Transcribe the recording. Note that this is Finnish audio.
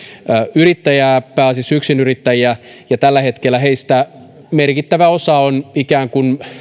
yrittäjää pääasiassa yksinyrittäjiä ja tällä hetkellä heistä merkittävä osa on ikään kuin